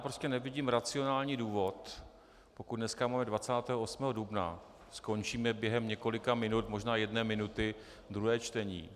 Prostě nevidím racionální důvod, pokud dneska máme 28. dubna, skončíme během několika minut, možná jedné minuty, druhé čtení.